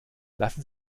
lassen